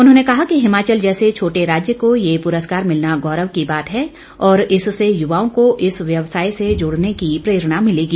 उन्होंने कहा कि हिमाचल जैसे छोटे राज्य को ये प्रस्कार मिलना गौरव की बात है और इससे युवाओं को इस व्यवसाय से जुड़ने की प्रेरणा मिलेगी